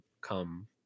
come